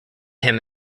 him